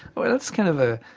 well that's kind of a,